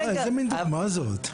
רועי, איזה מין דוגמה זאת?